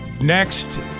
next